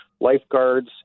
lifeguards